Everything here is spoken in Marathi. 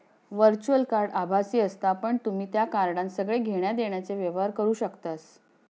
वर्च्युअल कार्ड आभासी असता पण तुम्ही त्या कार्डान सगळे घेण्या देण्याचे व्यवहार करू शकतास